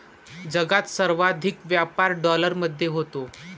जगात सर्वाधिक व्यापार डॉलरमध्ये होतो